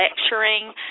lecturing